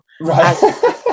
Right